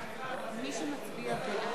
היא להוריד את ההסתייגויות עד